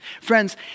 Friends